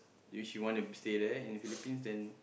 if she want to stay there in the Philippines then